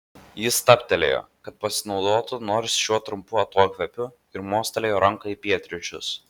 jis stabtelėjo kad pasinaudotų nors šiuo trumpu atokvėpiu ir mostelėjo ranka į pietryčius